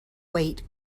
wait